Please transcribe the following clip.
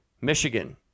Michigan